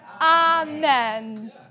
Amen